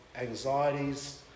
anxieties